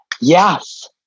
Yes